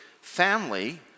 family